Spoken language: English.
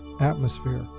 atmosphere